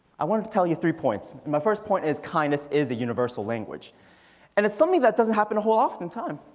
i wanted to tell you three points. my first point is kindness is a universal language and it's something that doesn't happen a whole often time.